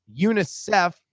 UNICEF